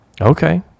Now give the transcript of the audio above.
Okay